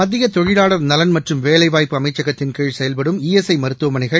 மத்திய தொழிலாளர் நலன் மற்றும் வேலைவாய்ப்பு அமைச்சகத்தின கீழ் செயல்படும் இஎஸ்ஐ மருத்துவமனைகள்